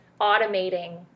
automating